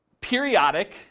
periodic